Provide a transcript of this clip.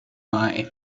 mai